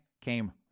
came